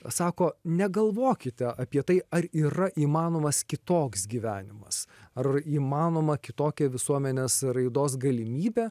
sako negalvokite apie tai ar yra įmanomas kitoks gyvenimas ar įmanoma kitokia visuomenės raidos galimybė